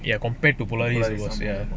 ya compared to polaris was ya